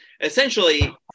essentially